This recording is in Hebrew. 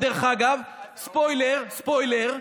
דרך אגב, ספוילר, ספוילר,